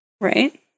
Right